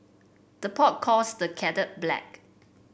the pot calls the kettle black